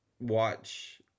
watch